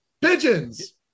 Pigeons